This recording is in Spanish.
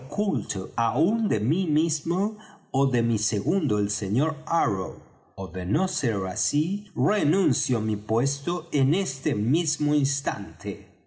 aun de mí mismo y de mi segundo el sr arrow ó de no ser así renuncio mi puesto en este mismo instante